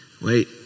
Wait